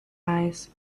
eyes